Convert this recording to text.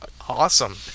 awesome